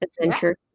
adventure